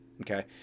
okay